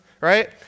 right